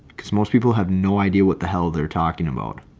because most people have no idea what the hell they're talking about.